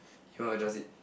you are just it